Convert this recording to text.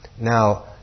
Now